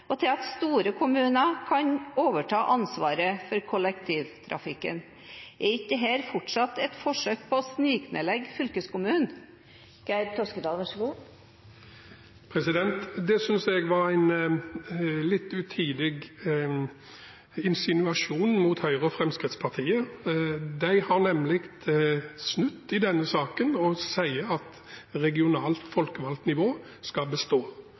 og til at store kommuner kan overta ansvaret for kollektivtrafikken. Er ikke dette fortsatt et forsøk på å sniknedlegge fylkeskommunen? Det synes jeg er en litt utidig insinuasjon mot Høyre og Fremskrittspartiet. De har nemlig snudd i denne saken og sier at regionalt folkevalgt nivå skal bestå.